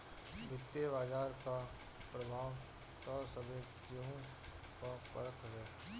वित्तीय बाजार कअ प्रभाव तअ सभे केहू पअ पड़त हवे